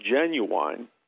genuine